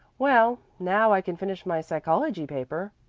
well, now i can finish my psychology paper.